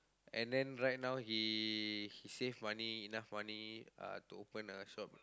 and then right now he he save money enough money uh to open another shop